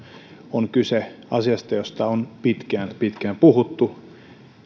on kyse asiasta josta on pitkään pitkään puhuttu